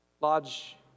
lodge